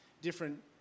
Different